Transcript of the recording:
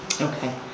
Okay